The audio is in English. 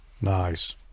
Nice